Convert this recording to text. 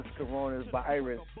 coronavirus